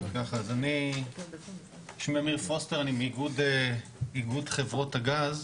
אני מאיגוד חברות הגז.